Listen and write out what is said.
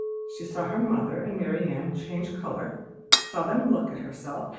she saw her mother and marianne change colour saw them look at herself,